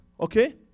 okay